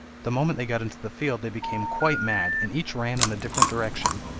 the moment they got into the field they became quite mad, and each ran in a different direction.